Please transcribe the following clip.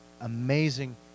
amazing